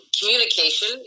communication